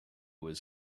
was